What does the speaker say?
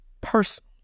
personal